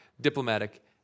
diplomatic